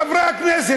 חברי הכנסת,